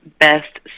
Best